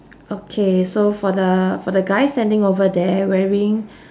okay so for the for the guy standing over there wearing